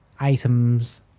items